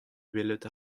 welet